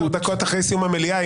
עשר דקות אחרי סיום המליאה,